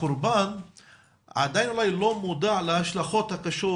הקרבן עדיין לא מודע להשלכות הקשות,